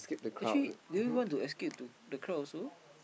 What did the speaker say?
actually do you want to escape to the crowd also